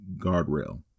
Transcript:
guardrail